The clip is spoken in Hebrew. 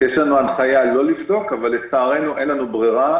יש לנו הנחיה לא לבדוק אבל לצערנו הרב אין לנו ברירה,